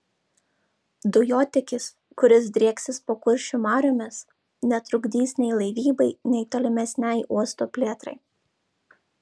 dujotiekis kuris drieksis po kuršių mariomis netrukdys nei laivybai nei tolimesnei uosto plėtrai